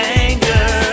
anger